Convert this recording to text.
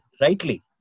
rightly